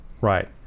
right